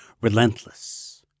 relentless